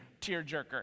tearjerker